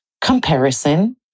Comparison